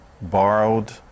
borrowed